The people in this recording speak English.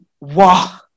wow